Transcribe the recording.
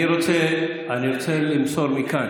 אני רוצה למסור מכאן